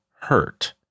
hurt